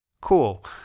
cool